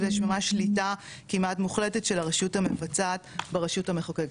ויש ממש שליטה כמעט מוחלטת של הרשות המבצעת ברשות המחוקקת.